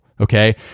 Okay